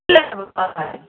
ले ने हौ पापा जी